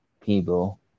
people